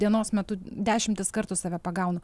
dienos metu dešimtis kartų save pagaunu